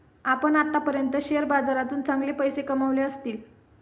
आपण आत्तापर्यंत शेअर बाजारातून चांगले पैसे कमावले असतील